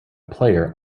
player